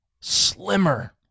slimmer